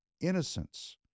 Innocence